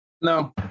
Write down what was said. No